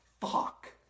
fuck